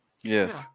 Yes